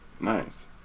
Nice